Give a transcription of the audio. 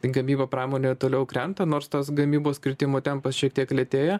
gamyba pramonė toliau krenta nors tas gamybos kritimų tempas šiek tiek lėtėja